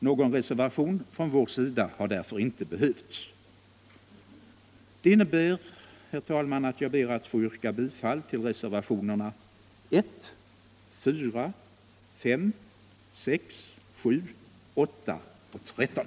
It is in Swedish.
Någon reservation från vår sida har därför inte behövts. Herr talman! Jag ber att få yrka bifall till reservationerna 1, 4, 5, 6, 7, 8 och 13.